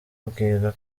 bibwira